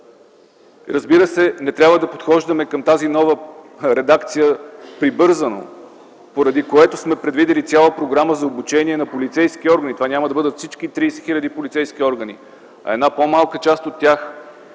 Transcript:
Разбира се, не трябва да подхождаме прибързано към тази нова редакция, поради което сме предвидили цяла програма за обучение на полицейски органи. Това няма да бъдат всички 30 хил. полицейски органи, а една по-малка част от тях.